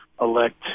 elect